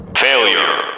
Failure